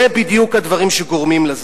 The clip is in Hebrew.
אלה בדיוק הדברים שגורמים לזה.